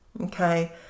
okay